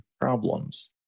problems